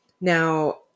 Now